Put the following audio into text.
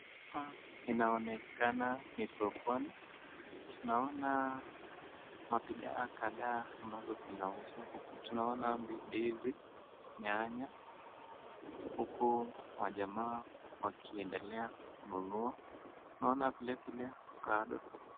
Hapa inaonekana ni sokoni tunaona mabithaa kadhaa ambazo zinauzwa huku tunaona ,ndizi, nyanya huku majamaa wakiendelea kununua naona vile vile kando....